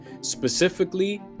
specifically